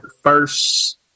first